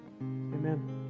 Amen